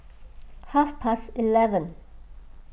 half past eleven